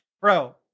bro